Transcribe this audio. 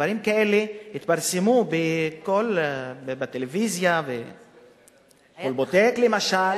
דברים כאלה התפרסמו בטלוויזיה, ב"כלבוטק" למשל.